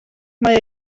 mae